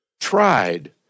tried